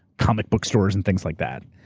comic book stores and things like that.